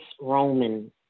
Roman